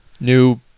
New